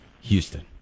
Houston